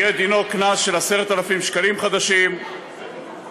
דינו יהיה קנס של 10,000 שקלים חדשים וכו'.